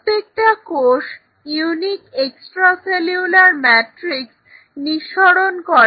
প্রত্যেকটা কোষ unique extra cellular matrix নিঃসরণ করে